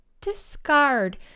discard